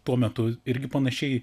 tuo metu irgi panašiai